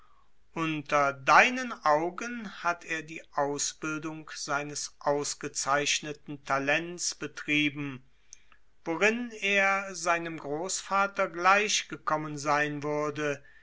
unter deinen augen hat er die ausbildung seines ausgezeichneten talents betrieben worin er seinem großvater gleichgekommen sein würde